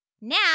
Now